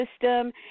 system